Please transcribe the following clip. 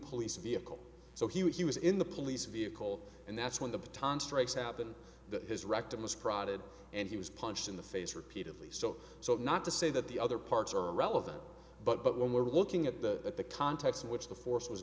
police vehicle so he was in the police vehicle and that's when the baton strikes happened that his rectum was crowded and he was punched in the face repeatedly so so not to say that the other parts are irrelevant but but when we're looking at the the context in which the force was